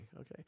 okay